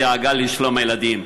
מדאגה לשלום הילדים.